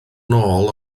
nôl